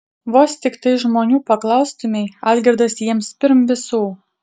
vos tiktai žmonių paklaustumei algirdas jiems pirm visų